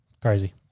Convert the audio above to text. crazy